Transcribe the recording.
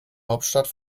hauptstadt